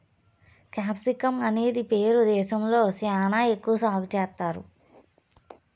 capsicum అనేది Peru దేశంలో శ్యానా ఎక్కువ సాగు చేత్తారు